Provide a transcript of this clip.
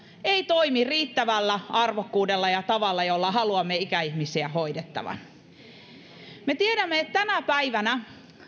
ei toimi riittävällä arvokkuudella ja tavalla jolla haluamme ikäihmisiä hoidettavan me tiedämme että tänä päivänä